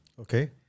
Okay